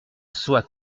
soit